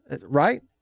right